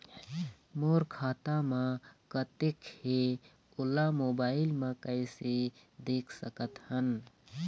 मोर खाता म कतेक हे ओला मोबाइल म कइसे देख सकत हन?